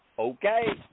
Okay